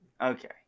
Okay